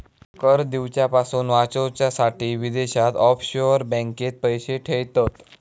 कर दिवच्यापासून वाचूच्यासाठी विदेशात ऑफशोअर बँकेत पैशे ठेयतत